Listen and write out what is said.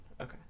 okay